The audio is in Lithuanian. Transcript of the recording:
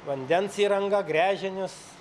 vandens įrangą gręžinius